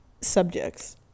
subjects